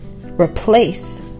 replace